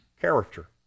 character